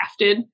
crafted